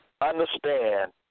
Understand